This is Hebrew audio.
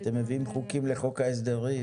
אתם מביאים חוקים לחוק ההסדרים.